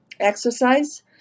exercise